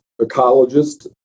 ecologist